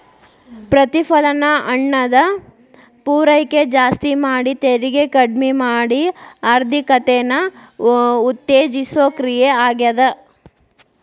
ಪ್ರತಿಫಲನ ಹಣದ ಪೂರೈಕೆ ಜಾಸ್ತಿ ಮಾಡಿ ತೆರಿಗೆ ಕಡ್ಮಿ ಮಾಡಿ ಆರ್ಥಿಕತೆನ ಉತ್ತೇಜಿಸೋ ಕ್ರಿಯೆ ಆಗ್ಯಾದ